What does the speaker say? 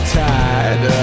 tired